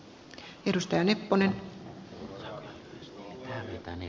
arvoisa rouva puhemies